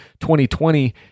2020